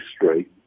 history